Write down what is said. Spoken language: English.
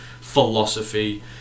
philosophy